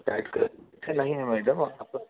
नहीं है मैडम